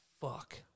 Fuck